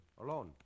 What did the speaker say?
alone